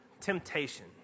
temptation